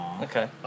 Okay